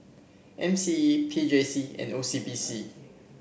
M C E P J C and O C B C